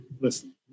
listen